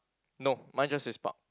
no mine just says park